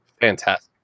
fantastic